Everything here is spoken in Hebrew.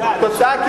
את התוצאה.